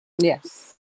Yes